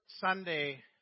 Sunday